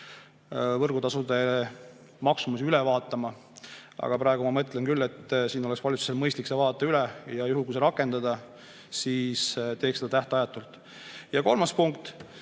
võrgutasude maksumusi üle vaatama. Aga praegu ma mõtlen küll, et siin oleks valitsusel mõistlik see vaadata üle ja juhul, kui seda rakendada, siis tuleks seda teha tähtajatult. Ja kolmas punkt,